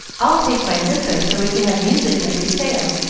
i'll take my zither, so we can have music as we sail,